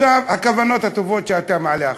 הכוונות הטובות שאתה מעלה עכשיו,